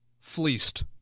fleeced